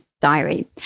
Diary